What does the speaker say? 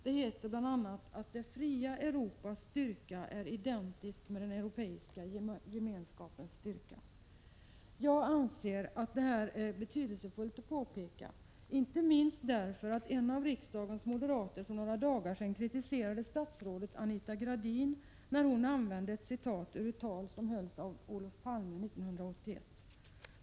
Det heter bl.a.: ”Det fria Europas styrka är identisk med den europeiska gemenskapens styrka.” Jag anser att det är betydelsefullt att påpeka detta, inte minst därför att en av riksdagens moderater för några dagar sedan kritiserade statsrådet Anita Gradin, när hon citerade ur ett tal av Olof Palme 1981.